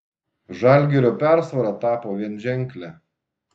žalgirio persvara tapo vienženklė